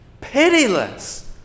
pitiless